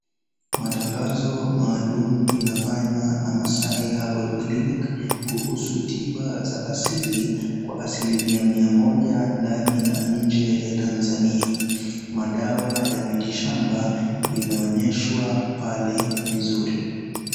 Matangazo maalum inafanywa na masai herbal clinic kuhusu tiba za asili kwa asilimia mia moja ndani na nje ya Tanzania. Madawa ya mitishamba imeonyeshwa pale vizuri.